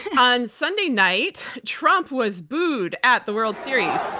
and on sunday night, trump was booed at the world series.